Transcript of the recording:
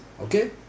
okay